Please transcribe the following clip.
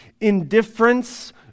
indifference